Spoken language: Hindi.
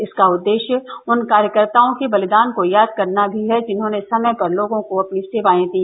इसका उद्देश्य उन कार्यकर्ताओं के बलिदान को याद करना भी है जिन्होंने समय पर लोगों को अपनी सेवायें दी